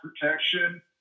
protection